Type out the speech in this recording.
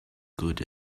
good